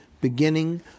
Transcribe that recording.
beginning